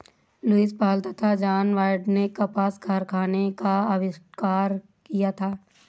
Lewis Paul तथा John Wyatt ने कपास कारखाने का आविष्कार किया था